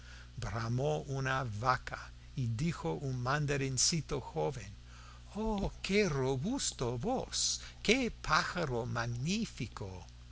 bramó una vaca y dijo un mandarincito joven oh qué robusta voz qué pájaro magnífico